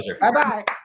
Bye-bye